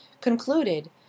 concluded